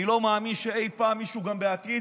אני לא מאמין שאי פעם מישהו, גם בעתיד,